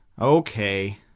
Okay